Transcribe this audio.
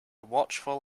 watchful